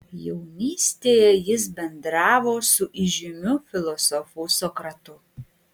jaunystėje jis bendravo su įžymiu filosofu sokratu